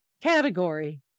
category